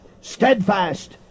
steadfast